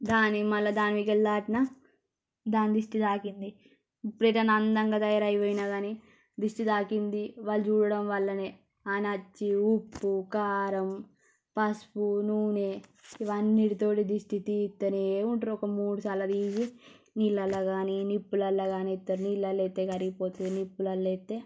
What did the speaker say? దాని మళ్ళా దానిమీకెల్లి దాటినా దాని దిష్టి తాకింది ఎప్పుడెటన్నా అందంగా తయారై పొయినా గానీ దిష్టి తాకింది వాళ్ళు చూడడం వల్లనే అనొచ్చి ఉప్పు కారం పసుపు నూనె ఇవన్నిటితోడు దిష్టి తీయిత్తనే ఉంటారు ఒక మూడు సార్లు తీసి నీళ్ళల్లో గానీ నిప్పులల్ల గానీ ఏత్తారు నీళ్ళల్లో ఎత్తే కరిగిపోతుంది నిప్పులల్ల ఎత్తే